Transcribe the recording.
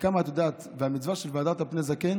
המצווה של "והדרת פני זקן"